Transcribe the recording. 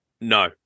No